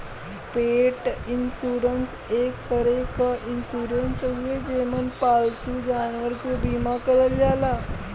पेट इन्शुरन्स एक तरे क इन्शुरन्स हउवे जेमन पालतू जानवरन क बीमा करल जाला